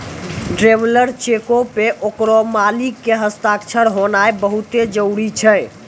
traveller चेको पे ओकरो मालिक के हस्ताक्षर होनाय बहुते जरुरी छै